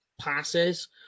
passes